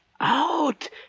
out